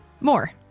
more